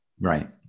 right